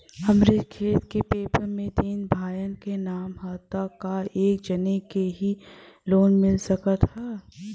हमरे खेत के पेपर मे तीन भाइयन क नाम ह त का एक जानी के ही लोन मिल सकत ह?